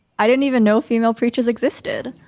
i didn't even know female preachers existed.